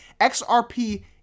XRP